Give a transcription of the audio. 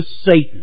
Satan